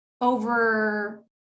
over